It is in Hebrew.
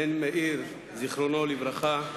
בן מאיר, זיכרונו לברכה,